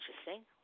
interesting